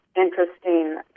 interesting